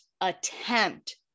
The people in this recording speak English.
attempt